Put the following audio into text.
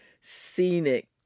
scenic